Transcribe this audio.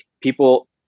people